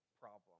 problem